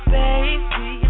baby